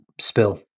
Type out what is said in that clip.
spill